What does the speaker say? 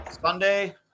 Sunday